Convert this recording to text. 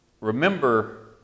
remember